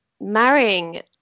marrying